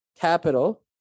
capital